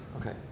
Okay